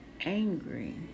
angry